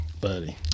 Buddy